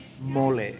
mole